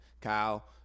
Kyle –